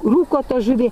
rūko tą žuvį